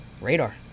Radar